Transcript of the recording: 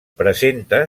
presenta